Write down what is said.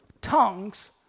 Tongues